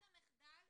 המחדל.